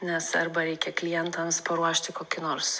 nes arba reikia klientams paruošti kokį nors